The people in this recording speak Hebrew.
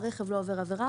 "רכב לא עובר עברה",